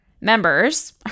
members